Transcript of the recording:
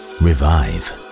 revive